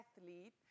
athlete